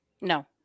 No